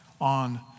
on